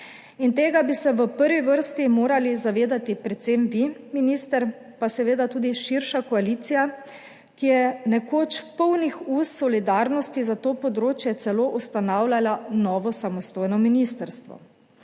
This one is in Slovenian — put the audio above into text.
tega bi se v prvi vrsti morali zavedati predvsem vi, minister, pa seveda tudi širša koalicija, ki je nekoč polnih ust solidarnosti za to področje celo ustanavljala novo samostojno ministrstvo.